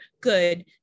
Good